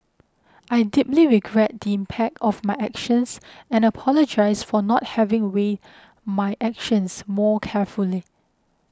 I deeply regret the impact of my actions and apologise for not having weighed my actions more carefully